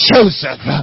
Joseph